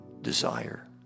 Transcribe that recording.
desire